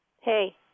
Hey